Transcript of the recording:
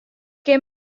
kin